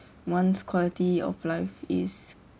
one's quality of life is